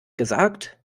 gesagt